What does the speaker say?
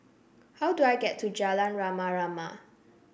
how do I get to Jalan Rama Rama